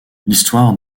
l’histoire